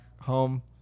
home